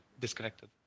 disconnected